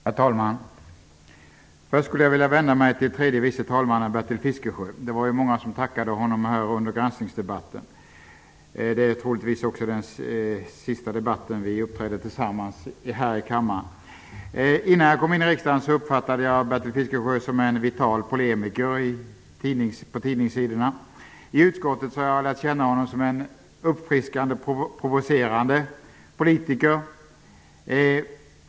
Herr talman! Först skulle jag vilja vända mig till tredje vice talman Bertil Fiskesjö. Det var många som tackade honom under granskningsdebatten. Det här är troligen den sista debatten under vilken vi uppträder tillsammans här i kammaren. Innan jag kom in i riksdagen uppfattade jag Bertil Fiskesjö som en vital polemiker på tidningssidorna. I utskottet har jag lärt känna honom som en uppfriskande, provocerande politiker.